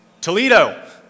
Toledo